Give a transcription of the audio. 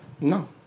No